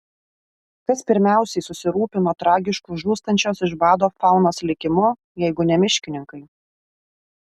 kas pirmiausiai susirūpino tragišku žūstančios iš bado faunos likimu jeigu ne miškininkai